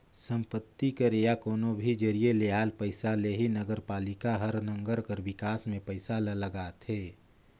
संपत्ति कर या कोनो भी जरिए ले आल पइसा ले ही नगरपालिका हर नंगर कर बिकास में पइसा ल लगाथे